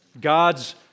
God's